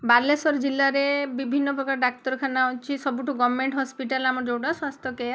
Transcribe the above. ବାଲେଶ୍ୱର ଜିଲ୍ଲାରେ ବିଭିନ୍ନପ୍ରକାର ଡାକ୍ତରଖାନା ଅଛି ସବୁଠୁ ଗଭର୍ନମେଣ୍ଟ ହସ୍ପିଟାଲ ଆମର ଯେଉଁଟା ସ୍ୱାସ୍ଥ୍ୟ କେୟାର୍ମ